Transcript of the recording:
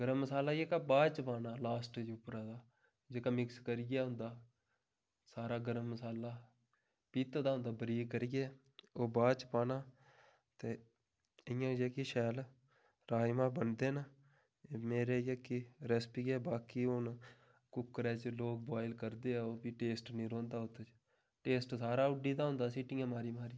गरम मसाला जेह्का बाद च पाना लास्ट च उप्परा दा जेह्का मिक्स करियै होंदा सारा गरम मसाला पीह्ते दी होंदा बरीक करियै ओह् बाद च पाना ते इ'यां जेह्की शैल राजमां बनदे न एह् मेरे जेह्की रैस्पी ऐ बाकी हून कुकरै च लोक बुआयल करदे ओह् बी टेस्ट नी रौंह्दा ओह्दे च टेस्ट सारी उड्डी गेदा होंदा सीटियां मारी मारियै